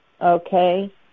Okay